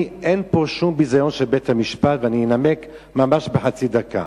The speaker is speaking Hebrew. קשה לי להאמין שהחלטת הבג"ץ מנותקת מהמציאות החברתית בעמנואל.